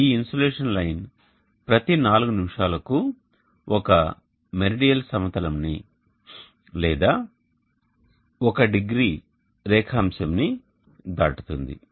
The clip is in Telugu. ఈ ఇన్సోలేషన్ లైన్ ప్రతి 4 నిమిషాలకు ఒక మెరిడియల్ సమతలంని లేదా 1º రేఖాంశంని దాటుతుంది